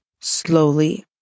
slowly